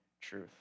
truth